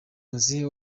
muzehe